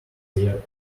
their